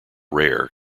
rare